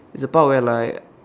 it's the part where like